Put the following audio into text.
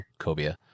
Cobia